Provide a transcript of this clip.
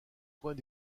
point